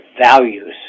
values